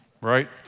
Right